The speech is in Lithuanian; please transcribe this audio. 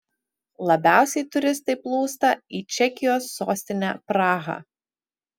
labiausiai turistai plūsta į čekijos sostinę prahą